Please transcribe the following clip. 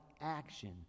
action